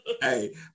hey